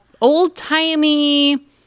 old-timey